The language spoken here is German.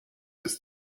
ist